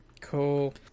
Cool